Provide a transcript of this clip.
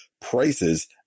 prices